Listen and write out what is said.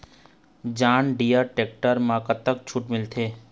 John Deere tractor म कतक छूट मिलथे?